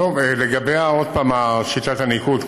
לגבי שיטת הניקוד,